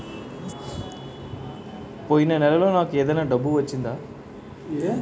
పోయిన నెలలో నాకు ఏదైనా డబ్బు వచ్చిందా?